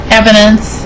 evidence